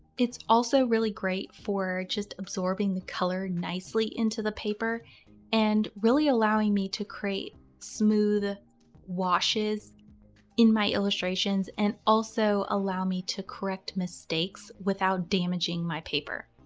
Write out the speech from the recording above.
it's also really great for just absorbing the color nicely into the paper and really allowing me to create smooth washes in my illustrations and also allow me to correct mistakes without damaging my paper.